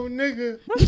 nigga